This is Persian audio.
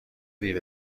دیر